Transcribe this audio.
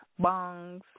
Bongs